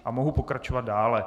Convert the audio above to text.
A mohu pokračovat dále.